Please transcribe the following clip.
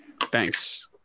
Thanks